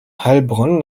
heilbronn